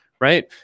right